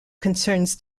concerns